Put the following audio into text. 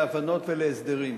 להבנות ולהסדרים,